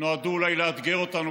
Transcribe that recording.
נועדו אולי לאתגר אותנו,